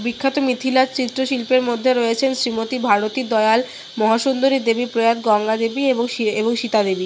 বিখ্যাত মিথিলা চিত্রশিল্পের মধ্যে রয়েছেন শ্রীমতি ভারতী দয়াল মহাসুন্দরী দেবী প্রয়াত গঙ্গা দেবী এবং এবং সীতা দেবী